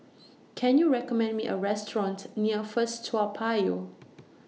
Can YOU recommend Me A Restaurant near First Toa Payoh